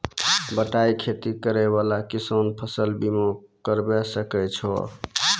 बटाई खेती करै वाला किसान फ़सल बीमा करबै सकै छौ?